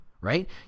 right